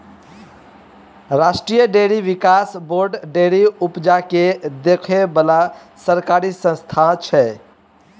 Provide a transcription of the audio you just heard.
राष्ट्रीय डेयरी बिकास board dairy उपजा केँ देखै बला सरकारी संस्था छै